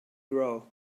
grow